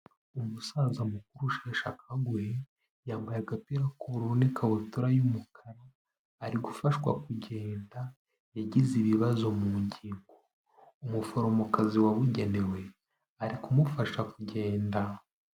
Umusaza mukuru usheshakanguhe yambaye agapira k'ubururu n'ikabutura y'umukara ari gufashwa kugenda yagize ibibazo mu ngingo, umuforomokazi wabugenewe ari kumufasha kugenda.